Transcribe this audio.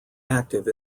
active